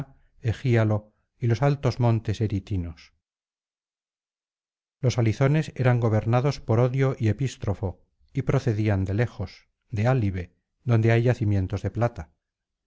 egíalo y los altos montes eri tis los halizones eran gobernados por odio y epístrofo y procedían de lejos de alibe donde hay yacimientos de plata